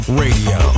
radio